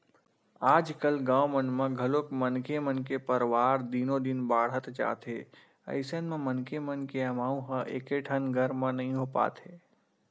आजकाल गाँव मन म घलोक मनखे के परवार दिनो दिन बाड़हत जात हे अइसन म मनखे मन के अमाउ ह एकेठन घर म नइ हो पात हे